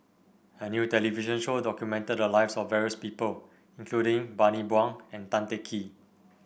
a new television show documented the lives of various people including Bani Buang and Tan Teng Kee